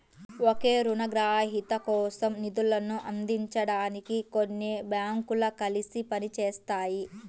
ఒకే రుణగ్రహీత కోసం నిధులను అందించడానికి కొన్ని బ్యాంకులు కలిసి పని చేస్తాయి